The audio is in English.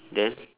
then